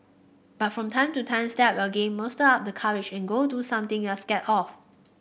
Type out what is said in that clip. but from time to time step up your game muster up the courage and go do something you're scared of